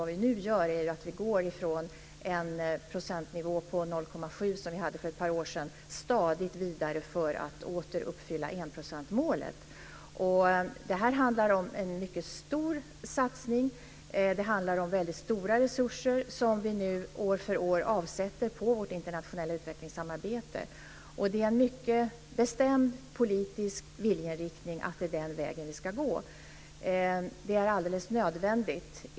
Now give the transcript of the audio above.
Vad vi nu gör är att gå från en nivå på 0,7 % som vi hade för ett par år sedan, stadigt vidare för att åter uppfylla enprocentsmålet. Det här handlar om en mycket stor satsning. Det handlar om stora resurser som vi nu år för år avsätter på vårt internationella utvecklingssamarbete. Det är en mycket bestämd politisk viljeinriktning att det är den vägen vi ska gå. Det är alldeles nödvändigt.